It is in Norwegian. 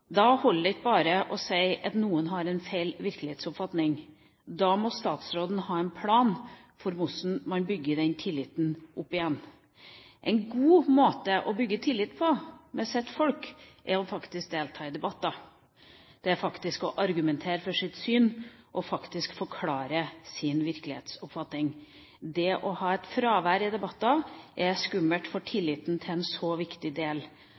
Da holder det ikke bare å si at noen har en feil virkelighetsoppfatning. Da må statsråden ha en plan for hvordan man bygger den tilliten opp igjen. En god måte å bygge tillit på overfor sitt folk er faktisk å delta i debatter, det er faktisk å argumentere for sitt syn og faktisk forklare sin virkelighetsoppfatning. Det å ha fravær i debatter er skummelt for tilliten til en så viktig del